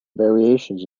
variations